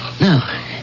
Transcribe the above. Now